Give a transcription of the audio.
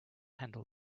handle